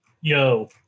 yo